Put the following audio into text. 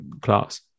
class